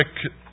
quick